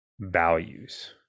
values